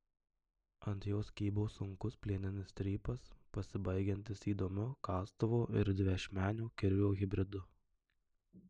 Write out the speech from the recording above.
ant jos kybo sunkus plieninis strypas pasibaigiantis įdomiu kastuvo ir dviašmenio kirvio hibridu